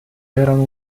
erano